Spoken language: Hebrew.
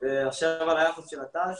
וחזרתי למסלול שלי ועברתי למכון לב.